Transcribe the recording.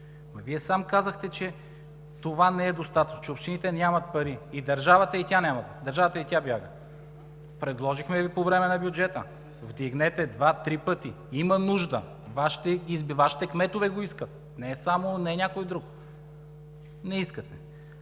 Вие сам казахте, че това не е достатъчно, че общините нямат пари. Държавата и тя няма, и тя бяга. Предложихме Ви по време на бюджета: вдигнете два, три пъти – има нужда! Вашите кметове го искат, не някой друг. Не искате.